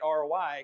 ROI